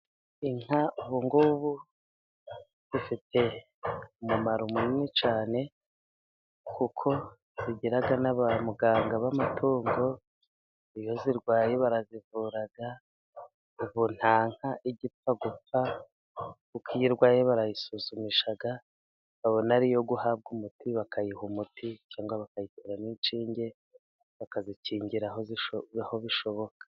Inka ubu ngubu zifite umumaro munini cyane ,kuko zigira na ba muganga b'amatungo iyo zirwaye barazivura, ubu nta nka igipfa gupfa kuko iyo irwaye barayisuzumisha, babona ari iyo guhabwa umuti bakayiha umuti, cyangwa bakayitera n' inshinge bakazikingira aho bishoboka.